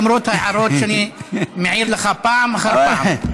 למרות ההערות שאני מעיר לך פעם אחר פעם?